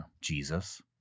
Jesus